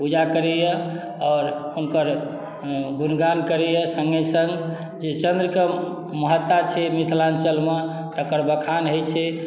पूजा करैया आओर हुनकर गुणगान करैया संगे संग जे चन्द्र के महत्ता छै मिथलाञ्चल मे तकर बखान होइ छै